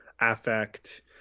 affect